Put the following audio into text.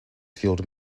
fuelled